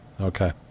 Okay